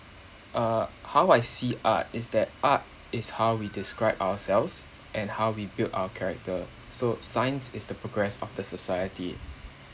uh how I see art is that art is how we describe ourselves and how we build our character so science is the progress of the society